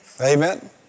Amen